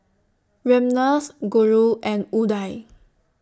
Ramnath Guru and Udai